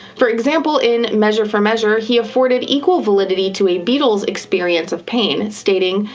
for example, in measure for measure, he afforded equal validity to a beetle's experience of pain, stating,